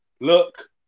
look